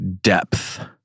depth